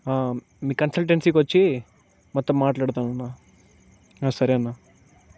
మీ కన్సల్టెన్సీకి వచ్చి మొత్తం మాట్లాడుతాము అన్నా సరే అన్నా